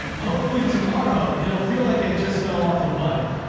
hopefully tomorrow it'll feel like i just fell off a bike.